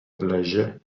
wlezie